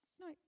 no